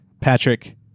Patrick